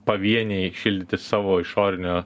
pavieniai šildyti savo išorinio